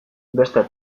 beste